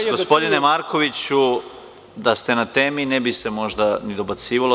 Molim vas, gospodine Markoviću, da ste na temi ne bi se možda ni dobacivalo.